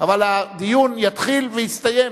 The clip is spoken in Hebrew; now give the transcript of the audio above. אבל הדיון יתחיל ויסתיים,